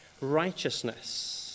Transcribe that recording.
Righteousness